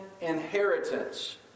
inheritance